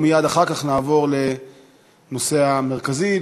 ומייד אחר כך נעבור לנושא המרכזי.